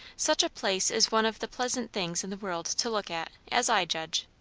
such a place is one of the pleasant things in the world to look at, as i judge.